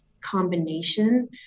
combination